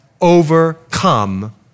overcome